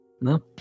No